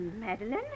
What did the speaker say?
Madeline